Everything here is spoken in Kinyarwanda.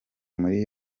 muri